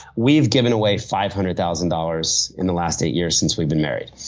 we've given away five hundred thousand dollars in the last eight years since we've been married.